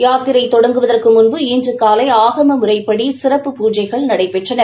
யாத்திரை தொடங்குவதற்கு முன்பு இன்று காலை ஆகம முறைப்படி சிறப்பு பூஜைகள் நடைபெற்றன